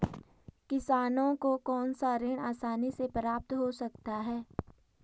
किसानों को कौनसा ऋण आसानी से प्राप्त हो सकता है?